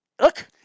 look